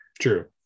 true